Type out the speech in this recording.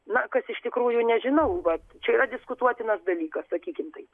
na kas iš tikrųjų nežinau vat čia yra diskutuotinas dalykas sakykim taip